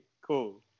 cool